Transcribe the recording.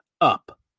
up